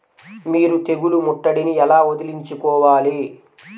మీరు తెగులు ముట్టడిని ఎలా వదిలించుకోవాలి?